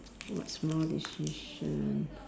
what small decision